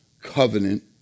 covenant